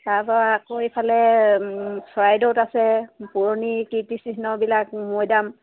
তাৰপৰা আকৌ ইফালে চৰাইদউত আছে পুৰণি কীৰ্তিচিহ্নবিলাক মৈদাম